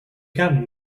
got